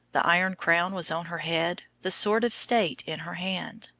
the iron crown was on her head, the sword of state in her hand.